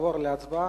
נעבור להצבעה.